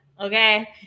Okay